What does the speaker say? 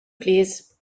plîs